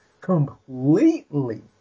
completely